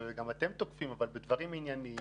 גם אתם תוקפים אבל בדברים ענייניים.